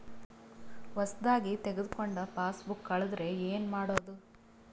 ಹೊಸದಾಗಿ ತೆಗೆದುಕೊಂಡ ಪಾಸ್ಬುಕ್ ಕಳೆದರೆ ಏನು ಮಾಡೋದು?